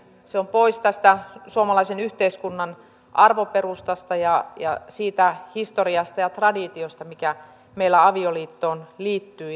se on pois tästä suomalaisen yhteiskunnan arvoperustasta ja ja siitä historiasta ja traditiosta mikä meillä avioliittoon liittyy